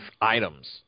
items